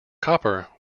copper